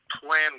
plan